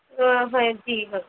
हाँ हाँ ये ठीक है